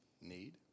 need